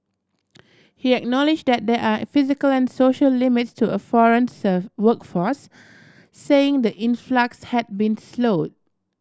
he acknowledged that there are physical and social limits to a foreign workforce saying the influx had been slowed